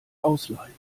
ausleihen